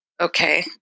Okay